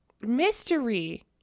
mystery